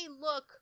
look